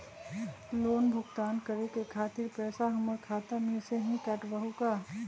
Loan भुगतान करे के खातिर पैसा हमर खाता में से ही काटबहु का?